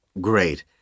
Great